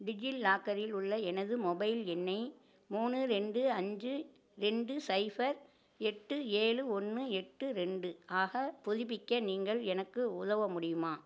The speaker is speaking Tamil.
டிஜிலாக்கரில் உள்ள எனது மொபைல் எண்ணை மூணு ரெண்டு அஞ்சு ரெண்டு சைஃபர் எட்டு ஏழு ஒன்று எட்டு ரெண்டு ஆக புதுப்பிக்க நீங்கள் எனக்கு உதவ முடியுமா